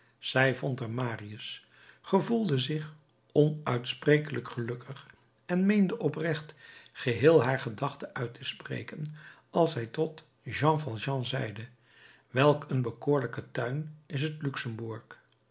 vond er marius gevoelde zich onuitsprekelijk gelukkig en meende oprecht geheel haar gedachte uit te spreken als zij tot jean valjean zeide welk een bekoorlijke tuin is het luxembourg